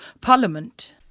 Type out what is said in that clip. Parliament